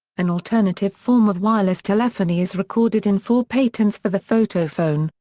an alternative form of wireless telephony is recorded in four patents for the photophone,